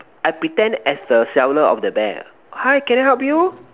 I pretend as the seller of the bear hi can I help you